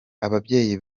ababyeyi